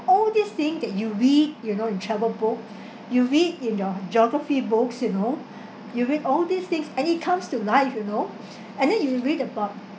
all these thing that you read you know in travel book you read in your geography books you know you read all these things and it comes to life you know and then you read about